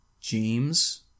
James